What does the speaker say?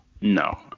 No